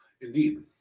indeed